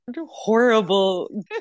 horrible